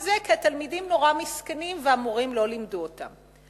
כי התלמידים נורא מסכנים והמורים לא לימדו אותם.